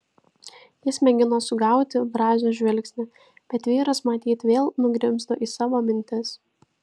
jis mėgino sugauti brazio žvilgsnį bet vyras matyt vėl nugrimzdo į savo mintis